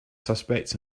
suspects